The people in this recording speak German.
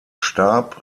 starb